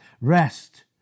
Rest